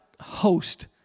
host